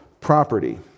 property